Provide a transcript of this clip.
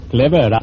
Clever